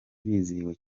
bizihiwe